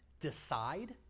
decide